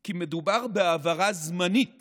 כי מדובר בהעברה זמנית